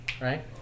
Right